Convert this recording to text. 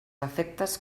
efectes